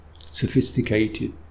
sophisticated